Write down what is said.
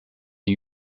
new